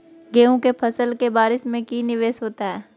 गेंहू के फ़सल के बारिस में की निवेस होता है?